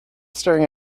staring